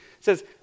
says